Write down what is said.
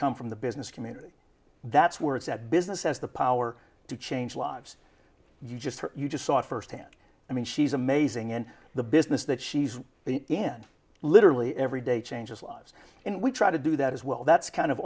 come from the business community that's where it's at business has the power to change lives you just you just saw firsthand i mean she's amazing in the business that she's the end literally every day changes lives and we try to do that as well that's kind of